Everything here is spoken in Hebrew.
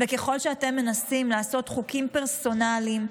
וככל שאתם מנסים לעשות חוקים פרסונליים,